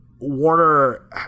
Warner